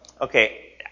okay